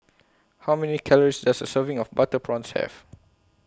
How Many Calories Does A Serving of Butter Prawns Have